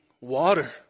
water